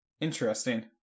Interesting